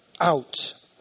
out